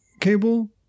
cable